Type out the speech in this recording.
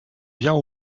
bien